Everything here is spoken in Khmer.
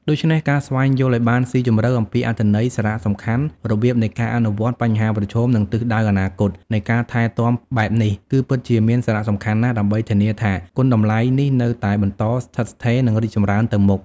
ដូច្នេះ ការស្វែងយល់ឱ្យបានស៊ីជម្រៅអំពីអត្ថន័យ សារៈសំខាន់ របៀបនៃការអនុវត្ត បញ្ហាប្រឈម និងទិសដៅអនាគតនៃការថែទាំបែបនេះ គឺពិតជាមានសារៈសំខាន់ណាស់ ដើម្បីធានាថាគុណតម្លៃនេះនៅតែបន្តស្ថិតស្ថេរ និងរីកចម្រើនទៅមុខ។